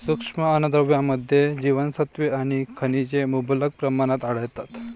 सूक्ष्म अन्नद्रव्यांमध्ये जीवनसत्त्वे आणि खनिजे मुबलक प्रमाणात आढळतात